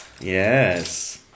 yes